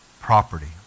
property